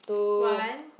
one